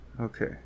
Okay